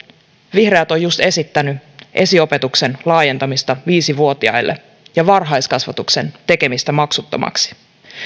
vihreät on esittänyt esiopetuksen laajentamista viisivuotiaille ja varhaiskasvatuksen tekemistä maksuttomaksi